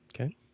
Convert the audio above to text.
Okay